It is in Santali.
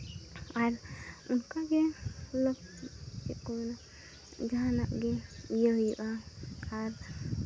ᱟᱨ ᱚᱱᱠᱟ ᱜᱮ ᱪᱮᱫ ᱠᱚ ᱢᱮᱱᱟ ᱡᱟᱦᱟᱱᱟᱜ ᱜᱮ ᱤᱭᱟᱹ ᱦᱩᱭᱩᱜᱼᱟ ᱟᱨ